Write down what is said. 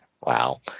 Wow